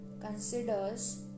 considers